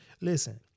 listen